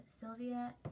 Sylvia